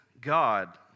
God